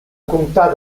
comptar